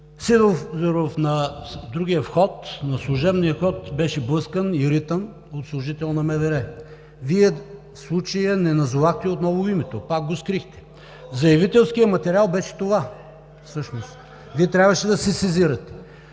Сидеров – на другия вход, на служебния вход беше блъскан и ритан от служител на МВР. Вие в случая не назовахте отново името – пак го скрихте. В заявителския материал беше – това всъщност Вие трябваше да се сезирате.